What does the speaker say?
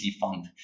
fund